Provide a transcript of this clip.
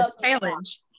challenge